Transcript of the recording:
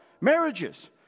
Marriages